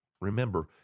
Remember